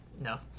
No